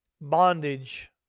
bondage